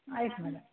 ಆಯ್ತು ಮೇಡಮ್